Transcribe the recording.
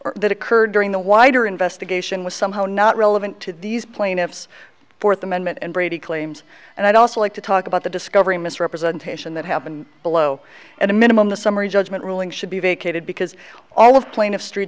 or that occurred during the wider investigation was somehow not relevant to these plaintiffs fourth amendment and brady claims and i'd also like to talk about the discovery misrepresentation that happened below at a minimum the summary judgment ruling should be vacated because all of pla